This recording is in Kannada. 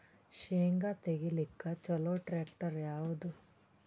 ಶೇಂಗಾ ತೆಗಿಲಿಕ್ಕ ಚಲೋ ಟ್ಯಾಕ್ಟರಿ ಯಾವಾದು?